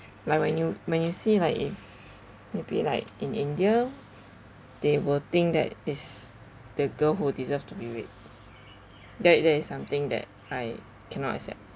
like when you when you see like a maybe like in india they will think that it's the girl who deserve to be raped that that is something that I cannot accept